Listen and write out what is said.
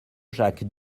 jacques